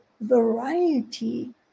variety